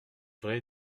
vrai